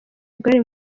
bwari